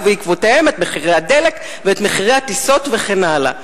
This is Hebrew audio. ובעקבותיהם את מחירי הלחם ואת מחירי הטיסות וכן הלאה.